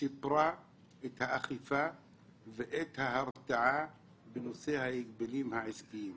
שיפרה את האכיפה ואת ההרתעה בנושא ההגבלים העסקיים?